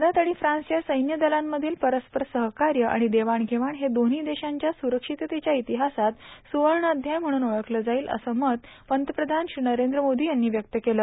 भारत आणि फ्रान्सच्या सैन्य दलांमधील परस्पर सहकार्य आणि देवाणघेवाण हे दोन्ही देशांच्या सुरक्षिततेच्या इतिहासात सुवर्ण अध्याय म्हणून ओळखला जाईल असं मत पंतप्रधान श्री नरेंद्र मोदी यांनी व्यक्त केलं